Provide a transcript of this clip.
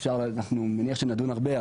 אני מניח שנדון הרבה,